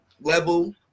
level